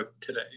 today